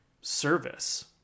service